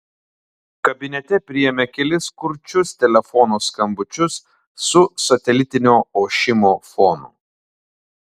kabinete priėmė kelis kurčius telefono skambučius su satelitinio ošimo fonu